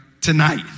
tonight